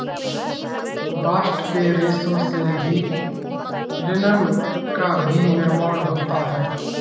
bast के रेशों से ही लिनन का भी निर्माण होता है